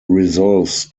resolves